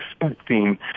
expecting